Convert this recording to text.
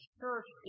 church